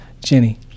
Jenny